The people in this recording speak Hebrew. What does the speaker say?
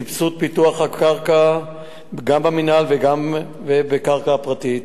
סבסוד פיתוח הקרקע גם במינהל וגם קרקע פרטית.